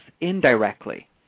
indirectly